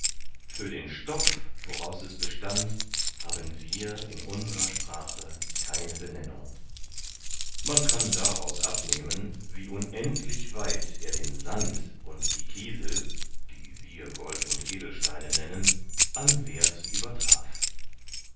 für den stoff woraus es bestand haben wir in unserer sprache keine benennung man kann daraus abnehmen wie unendlich weit er den sand und die kiesel die wir gold und edelsteine nennen an werth übertraf